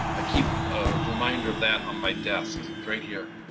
i keep a reminder of that on my desk right here.